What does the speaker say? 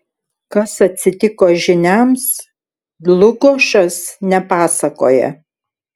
kas atsitiko žyniams dlugošas nepasakoja